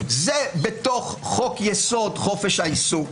זה בתוך חוק-יסוד: חופש העיסוק.